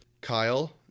Kyle